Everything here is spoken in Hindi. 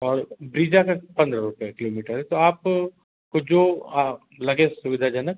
और ब्रीजा का पन्द्रह रुपए किलोमीटर है तो आपको जो लगे सुविधाजनक